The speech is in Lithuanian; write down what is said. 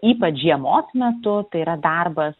ypač žiemos metu tai yra darbas